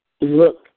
look